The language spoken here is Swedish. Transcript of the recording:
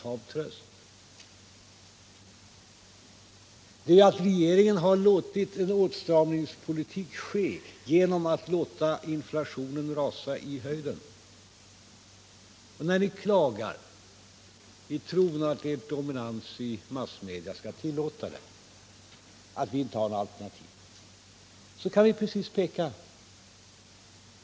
Hav tröst!” Kostnadsstegringarna beror ju på att regeringen har låtit en åtstramningspolitik ske genom att tillåta inflationen att rasa i höjden. Och när ni klagar, i tron att er dominans i massmedia skall tillåta detta, och säger att ni inte haft några alternativ, så kan vi peka på precis motsatsen.